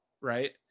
right